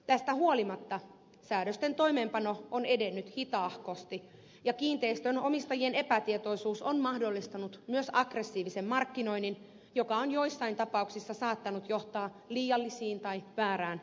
tästä huolimatta säännösten toimeenpano on edennyt hitaahkosti ja kiinteistönomistajien epätietoisuus on mahdollistanut myös aggressiivisen markkinoinnin joka on joissain tapauksissa saattanut johtaa liialliseen tai väärään investointiin